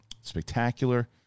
spectacular